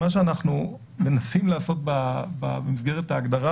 מה שאנחנו מנסים לעשות במסגרת ההגדרה